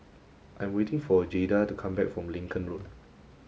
I am waiting for Jayda to come back from Lincoln Road